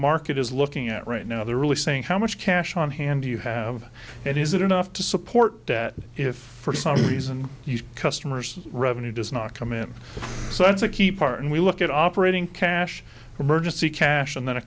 market is looking at right now they're really saying how much cash on hand do you have and is it enough to support debt if for some reason you customers revenue does not come in so that's a key part and we look at operating cash emergency cash and then a